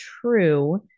true